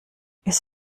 ist